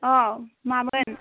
अ' मामोन